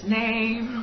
name